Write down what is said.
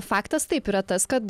faktas taip yra tas kad